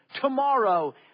tomorrow